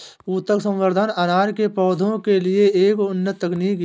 ऊतक संवर्धन अनार के पौधों के लिए एक उन्नत तकनीक है